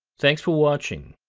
thanks for watching!